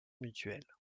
mutuelle